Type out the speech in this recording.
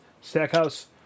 Stackhouse